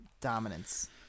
Dominance